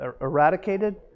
eradicated